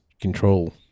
control